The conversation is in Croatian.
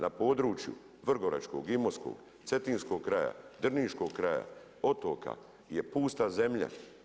Na području Vrgoračkog i Imotskog, Cetinskog kraja, Drniškog kraja, otoka, je pusta zemlja.